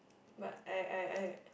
but I I I